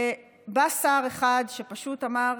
ובא שר אחד שפשוט אמר: